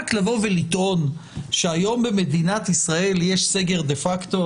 רק לטעון שהיום במדינת ישראל יש סגר דה-פקטו